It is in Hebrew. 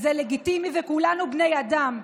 זה לגיטימי, וכולנו בני אדם.